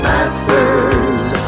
Masters